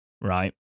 right